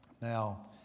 Now